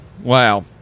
Wow